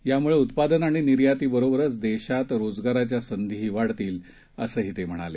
यामुळे उत्पादन आणि निर्यातीबरोबरच देशात रोजगाराच्या संधीही वाढतील असं ते म्हणाले